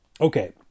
Okay